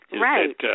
Right